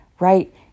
right